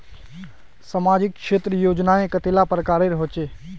सामाजिक क्षेत्र योजनाएँ कतेला प्रकारेर होचे?